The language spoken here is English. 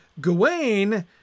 gawain